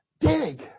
Dig